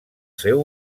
seu